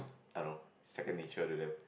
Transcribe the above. I don't know second nature to them